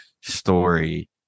story